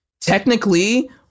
Technically